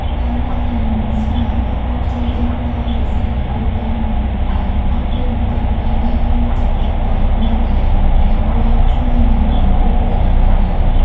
ដោយនៅតែមិនស្មើ គាត់បានព្យាយាមតឫស្សីរហូតដល់មួយពាន់ដើម អស់ពេលមួយព្រឹក បែកញើសហូរជាទឹក ក៏នៅតែមិនអាចវាស់ស្មើនឹងកម្ពស់ព្រះអង្គបានឡើយ។